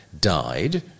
died